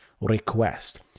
request